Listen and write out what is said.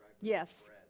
Yes